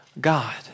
God